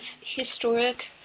historic